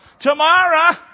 Tomorrow